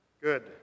Good